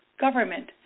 government